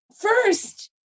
first